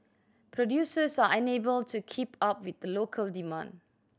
producers are unable to keep up with local demand